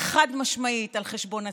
היא חד-משמעית על חשבון הציבור,